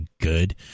good